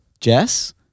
Jess